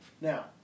Now